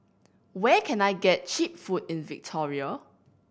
where can I get cheap food in Victoria